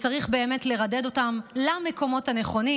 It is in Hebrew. וצריך באמת לרדד אותן למקומות הנכונים.